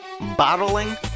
bottling